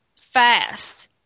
fast